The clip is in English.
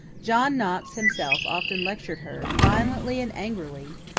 john knox himself often lectured her, violently and angrily,